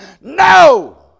No